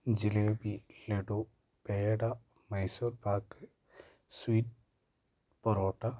jalebi laddu peda Mysore pak sweet parotta